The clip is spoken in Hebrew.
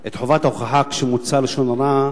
את חובת ההוכחה כשמוצא לשון הרע,